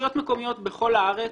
הרשויות המקומיות בכל הארץ